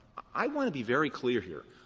i want to be very clear here,